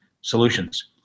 solutions